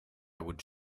would